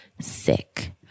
Sick